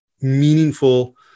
meaningful